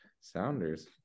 sounders